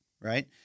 right